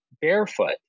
barefoot